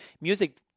Music